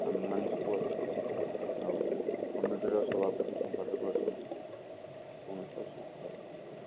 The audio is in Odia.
ଆମେ ମାନେ ସବୁ ଅଛୁ ଆଉ କମିଟିର ସଭାପତି ସମ୍ପାଦକ ଅଛନ୍ତି କୌଣସି ଅସୁବିଧା ହେବନି